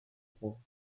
trouvent